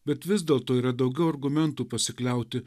bet vis dėlto yra daugiau argumentų pasikliauti